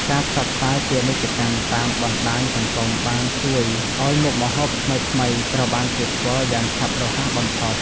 ការផ្សព្វផ្សាយពាណិជ្ជកម្មតាមបណ្តាញសង្គមបានជួយឱ្យមុខម្ហូបថ្មីៗត្រូវបានគេស្គាល់យ៉ាងឆាប់រហ័សបំផុត។